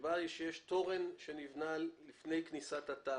שבה יש תורן שנבנה לפני כניסת התמ"א,